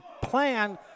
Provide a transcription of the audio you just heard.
plan